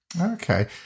Okay